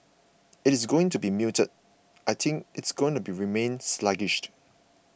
it is going to be muted I think it is going to remain sluggish